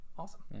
Awesome